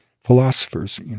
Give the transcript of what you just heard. philosophers